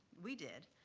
we did,